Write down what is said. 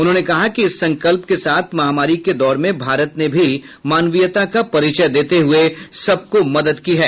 उन्होंने कहा कि इस संकल्प के साथ महामारी के दौर में भारत ने भी मानवीयता का परिचय देते हुए सबको मदद की है